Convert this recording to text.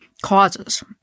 causes